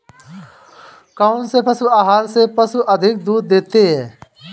कौनसे पशु आहार से पशु अधिक दूध देते हैं?